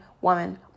woman